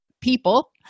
people